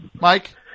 Mike